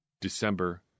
December